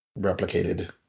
replicated